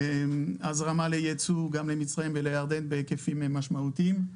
הזרמה לייצור גם למצרים ולירדן בהיקפים משמעותיים.